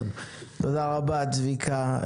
תודה רבה צביקה.